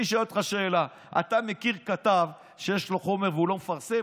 אני שואל אותך שאלה: אתה מכיר כתב שיש לו חומר והוא לא מפרסם?